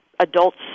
Adults